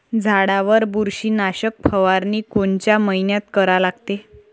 झाडावर बुरशीनाशक फवारनी कोनच्या मइन्यात करा लागते?